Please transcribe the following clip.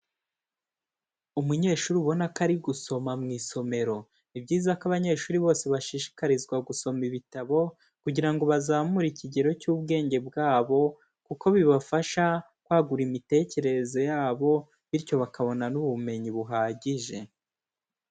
Umunyeshuri ubona ko ari gusoma mu isomero. Ni byiza ko abanyeshuri bose bashishikarizwa gusoma ibitabo kugira ngo bazamure ikigero cy'ubwenge bwabo kuko bibafasha kwagura imitekerereze yabo bityo bakabona n'ubumenyi buhagije.